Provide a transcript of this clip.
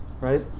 right